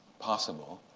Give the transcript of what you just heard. possible.